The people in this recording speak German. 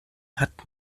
hat